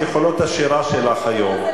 את יכולות השירה שלך היום.